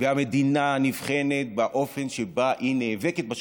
והמדינה נבחנת באופן שבו היא נאבקת בשחיתות,